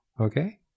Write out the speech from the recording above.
Okay